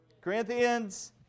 Corinthians